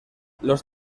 los